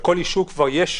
לכל ישוב כבר יש.